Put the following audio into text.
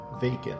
vacant